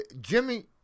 Jimmy